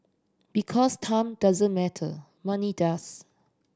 because time doesn't matter money does